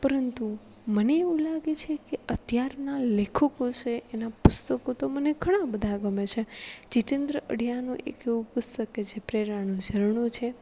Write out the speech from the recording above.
પરંતુ મને એવું લાગે છે કે અત્યારના લેખકો છે એનાં પુસ્તકો તો મને ઘણાં બધા ગમે છે જિતેન્દ્ર અઢિયાનું એક એવું પુસ્તક કે જે પ્રેરણાનું ઝરણું છે